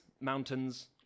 mountains